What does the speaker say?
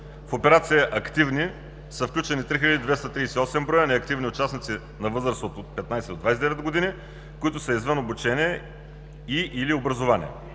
В операция „Активни“ са включени 3238 броя неактивни участници на възраст от 15 до 29 години, които са извън обучение и/или образование.